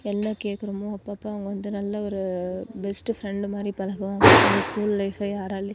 என்ன கேட்குறமோ அப்பப்போ அவங்க வந்து நல்ல ஒரு பெஸ்ட் ஃப்ரெண்டு மாதிரி பழகுவாங்க ஸ்கூல் லைஃப்பை யாராலையும்